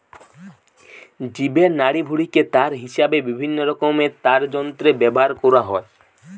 জীবের নাড়িভুঁড়িকে তার হিসাবে বিভিন্নরকমের তারযন্ত্রে ব্যাভার কোরা হয়